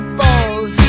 balls